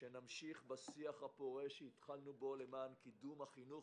שנמשיך בשיח הפורה שהתחלנו בו למען קידום החינוך